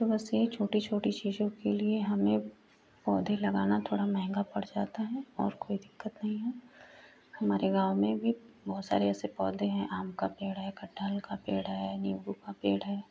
तो बस ये छोटी छोटी चीज़ों के लिए हमें पौधे लगाना थोड़ा महंगा पड़ जाता है और कोई दिक्कत नहीं है हमारे गाँव में भी बहुत सारे ऐसे पौधे हैं आम का पेड़ है कटहल का पेड़ है नीम्बू का पेड़ है